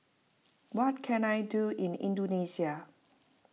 what can I do in Indonesia